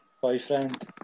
Boyfriend